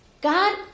god